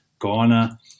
ghana